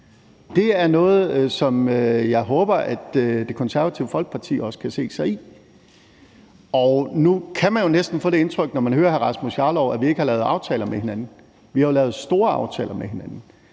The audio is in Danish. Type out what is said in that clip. Det er noget, som jeg håber Det Konservative Folkeparti også kan se sig selv i. Nu kan man jo næsten få det indtryk, når man hører hr. Rasmus Jarlov, at vi ikke har lavet aftaler med hinanden, men vi har jo lavet store aftaler med hinanden.